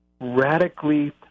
radically